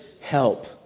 help